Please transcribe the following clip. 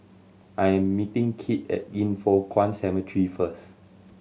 I am meeting Kit at Yin Foh Kuan Cemetery first